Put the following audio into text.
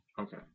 Okay